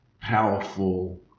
powerful